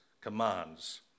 commands